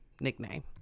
nickname